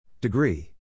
Degree